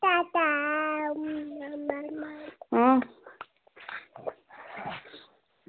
अं